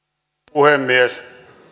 puhemies